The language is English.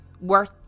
worth